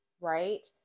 right